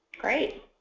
Great